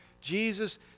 Jesus